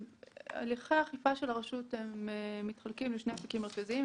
הליכי האכיפה של הרשות מתחלקים לשני אפיקים מרכזיים.